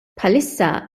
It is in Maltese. bħalissa